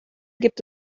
gibt